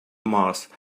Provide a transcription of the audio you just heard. mars